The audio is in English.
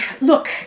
Look